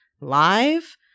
live